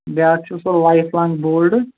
بیٛاکھ چھُ سُہ لایف لانٛگ بولڈٕ